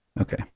Okay